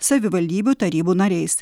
savivaldybių tarybų nariais